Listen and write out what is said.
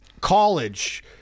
college